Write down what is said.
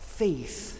faith